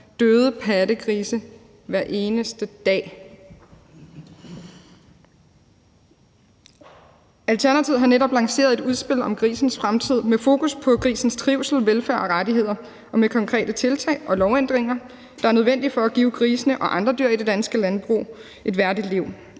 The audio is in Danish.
døde pattegrise hver eneste dag. Alternativet har netop lanceret et udspil om grisens fremtiden med fokus på grisens trivsel, velfærd og rettigheder og med konkrete tiltag og lovændringer, der er nødvendige for at give grisene og andre dyr i det danske landbrug et værdigt liv.